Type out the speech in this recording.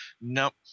nope